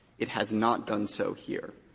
it has not done so here.